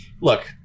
look